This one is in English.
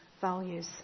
values